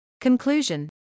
Conclusion